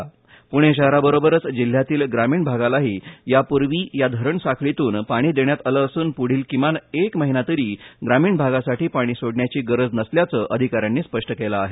पूर्णे शहराबरोबरच जिल्ह्यातील ग्रामीण भागालाही यापूर्वी या धरण साखळीतून पाणी देण्यात आलं असून पुढील किमान एक महिना तरी ग्रामीण भागासाठी पाणी सोडण्याची गरज नसल्याचं अधिकाऱ्यांनी स्पष्ट केलं आहे